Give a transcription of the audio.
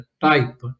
type